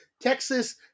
Texas